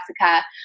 Jessica